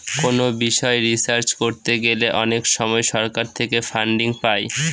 কোনো বিষয় রিসার্চ করতে গেলে অনেক সময় সরকার থেকে ফান্ডিং পাই